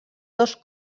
dos